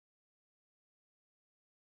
ya Muhammad Shahril